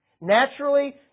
Naturally